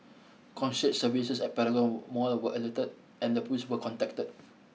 services at Paragon mall were alerted and the police were contacted